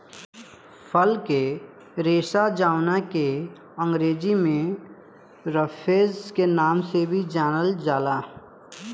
फल के रेशा जावना के अंग्रेजी में रफेज के नाम से भी जानल जाला